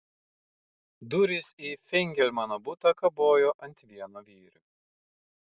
durys į feigelmano butą kabojo ant vieno vyrio